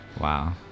Wow